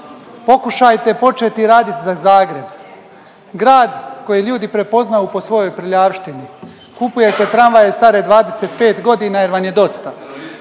pokušajte početi raditi za Zagreb, grad koji ljudi prepoznaju po svojoj prljavštini. Kupujete tramvaje stare 25 godina jer vam je dosta.